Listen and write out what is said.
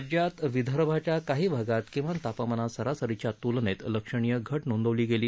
राज्यात विदर्भाच्या काही भागात किमान तापमानात सरासरीच्या तूलनेत लक्षणीय घट नोंदवली गेली